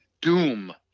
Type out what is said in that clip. Doom